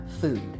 food